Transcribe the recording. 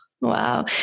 Wow